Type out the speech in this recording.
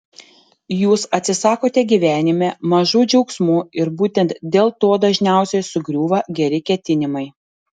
jūs atsisakote gyvenime mažų džiaugsmų ir būtent dėl to dažniausiai sugriūva geri ketinimai